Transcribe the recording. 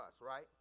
right